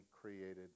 created